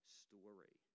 story